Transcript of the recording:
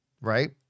right